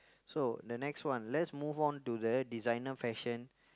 so the next one let's move on to the designer fashion